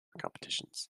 competitions